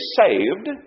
saved